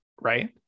right